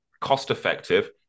cost-effective